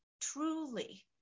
Truly